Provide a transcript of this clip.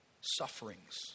sufferings